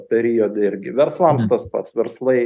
periode irgi verslams tas pats verslai